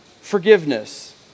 forgiveness